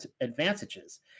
advantages